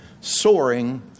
Soaring